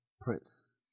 Prince